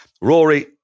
Rory